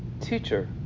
teacher